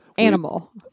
Animal